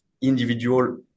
individual